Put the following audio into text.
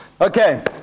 Okay